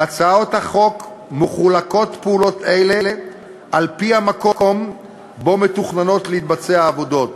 בהצעת החוק פעולות אלה מחולקות על-פי המקום שבו מתוכנן ביצוע העבודות,